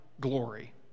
glory